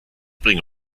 bringe